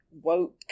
Woke